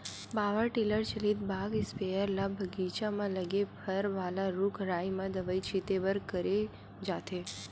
power tiller चलित बाग sprayer ल बगीचा म लगे फर वाला रूख राई म दवई छिते बर करे जाथे